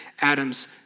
Adam's